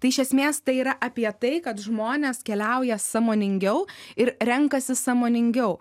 tai iš esmės tai yra apie tai kad žmonės keliauja sąmoningiau ir renkasi sąmoningiau